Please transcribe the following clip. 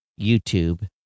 YouTube